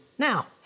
Now